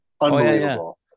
Unbelievable